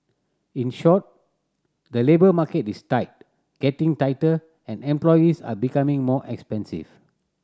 in short the labour market is tight getting tighter and employees are becoming more expensive